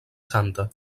santa